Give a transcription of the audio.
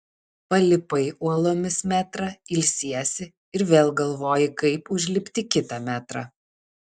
palipai uolomis metrą ilsiesi ir vėl galvoji kaip užlipti kitą metrą